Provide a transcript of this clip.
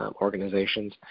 organizations